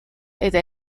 eta